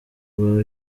rwa